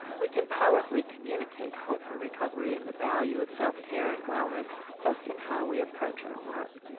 we can powerfully communicate hope for recovery and the value of self-care and wellness just in how we approach our work.